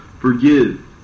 forgive